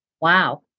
Wow